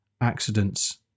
accidents